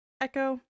Echo